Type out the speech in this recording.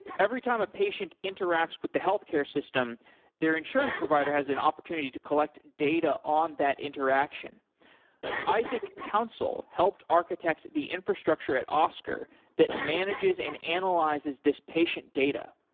every time a patient interacts with the healthcare system their insurance provider has an opportunity to collect data on that interaction isaac councill helped architect the infrastructure at oscar that manages and analyzes this patient data.